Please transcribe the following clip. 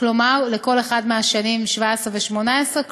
לכל אחת מהשנים 2017 ו-2018,